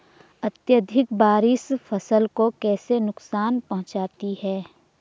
अत्यधिक बारिश फसल को कैसे नुकसान पहुंचाती है?